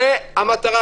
זו המטרה.